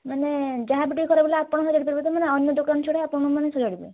ମାନେ ଯାହା ବି ଟିକେ ଖରାପ ହେଲେ ଆପଣ ସଜାଡ଼ି ପାରିବେ ତ ମାନେ ଅନ୍ୟ ଦୋକାନ ଛଡ଼ା ଆପଣ ମାନେ ସଜାଡ଼ିବେ